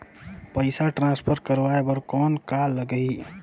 पइसा ट्रांसफर करवाय बर कौन का लगही?